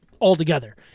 altogether